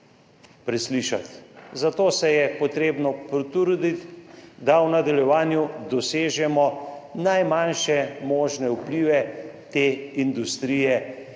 Zato se je potrebno potruditi, da v nadaljevanju dosežemo najmanjše možne vplive te industrije na